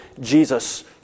Jesus